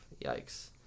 yikes